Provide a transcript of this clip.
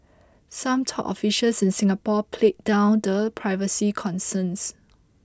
some top officials in Singapore played down the privacy concerns